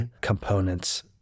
components